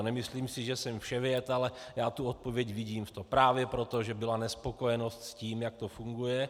Nemyslím si, že jsem vševěd, ale já tu odpověď vidím v tom právě proto, že byla nespokojenost s tím, jak to funguje.